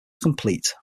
complete